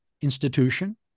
institution